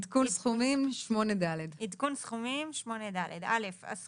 עדכון סכומים, 8ד. 8ד. עדכון סכומים.